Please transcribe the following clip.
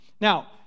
Now